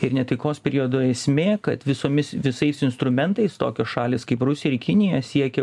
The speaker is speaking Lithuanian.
ir netaikos periodo esmė kad visomis visais instrumentais tokios šalys kaip rusija ir kinija siekia